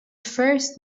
first